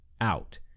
out